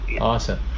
awesome